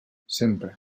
sempre